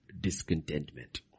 discontentment